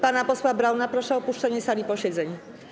Pana posła Brauna proszę o opuszczenie sali posiedzeń.